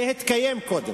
זה התקיים קודם,